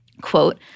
quote –